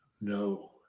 no